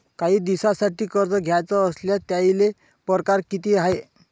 कायी दिसांसाठी कर्ज घ्याचं असल्यास त्यायचे परकार किती हाय?